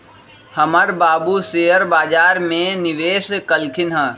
हमर बाबू शेयर बजार में निवेश कलखिन्ह ह